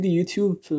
YouTube